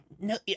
no